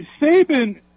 Saban